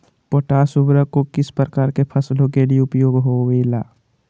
Potash उर्वरक को किस प्रकार के फसलों के लिए उपयोग होईला?